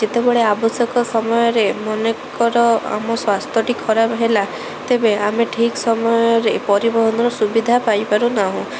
ଯେତେବେଳେ ଆବଶ୍ୟକ ସମୟରେ ମନେକର ଆମ ସ୍ୱାସ୍ଥ୍ୟଟି ଖରାପ ହେଲା ତେବେ ଆମେ ଠିକ୍ ସମୟରେ ପରିବହନର ସୁବିଧା ପାଇ ପାରୁନାହୁଁ